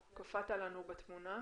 עמיתים קשה מאוד לדעת בצורה מפורשת,